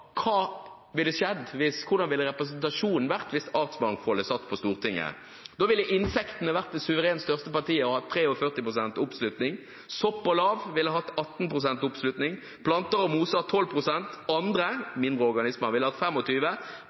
Hvordan ville representasjonen vært hvis artsmangfoldet satt på Stortinget? Da ville insektene vært det suverent største partiet og hatt 43 pst. oppslutning. Sopp og lav ville hatt 18 pst. oppslutning, planter og moser 12 pst. Andre, mindre organismer ville hatt